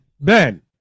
Ben